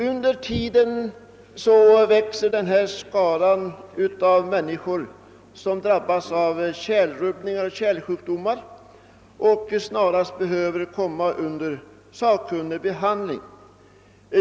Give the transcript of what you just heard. Under tiden växer skaran av människor som drabbas av kärlsjukdomar och snarast behöver komma under sakkunnig behandling.